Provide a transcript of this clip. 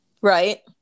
right